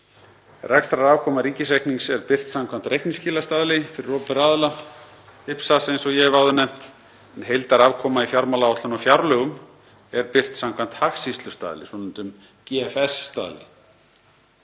Rekstrarafkoma ríkisreiknings er birt samkvæmt reikningsskilastaðli fyrir opinbera aðila, IPSAS, eins og ég hef áður nefnt, en heildarafkoma í fjármálaáætlun og fjárlögum er birt samkvæmt hagskýrslustaðli, svonefndum GFS-staðli.